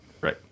Right